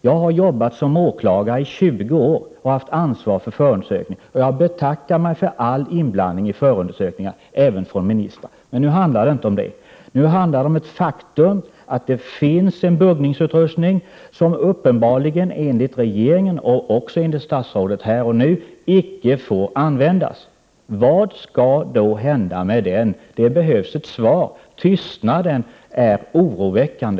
Jag har arbetat som åklagare i 20 år och haft ansvar för förundersökningar, och jag betackar mig för all inblandning i förundersökningar, även från ministrar. Nu handlar det inte om det. Det handlar om det faktum att det finns en buggningsutrustning som uppenbarligen, enligt regeringen och även enligt statsrådet här och nu, icke får användas. Vad skall hända med den? Det behövs ett svar. Tystnaden är oroväckande.